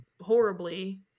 horribly